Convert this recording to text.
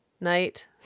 night